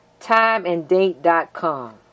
timeanddate.com